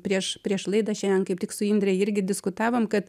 prieš prieš laidą šiandien kaip tik su indre irgi diskutavom kad